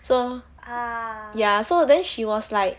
so ya so then she was like